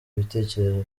ibitekerezo